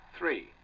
Three